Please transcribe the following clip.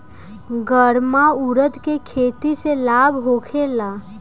गर्मा उरद के खेती से लाभ होखे ला?